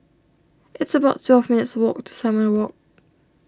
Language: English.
it's about twelve minutes' walk to Simon Walk